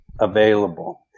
available